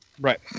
Right